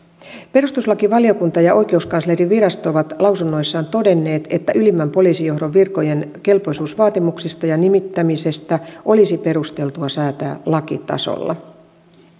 perustuslakivaliokunta ja oikeuskanslerinvirasto ovat lausunnoissaan todenneet että ylimmän poliisijohdon virkojen kelpoisuusvaatimuksista ja nimittämisestä olisi perusteltua säätää lakitasolla